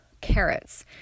carrots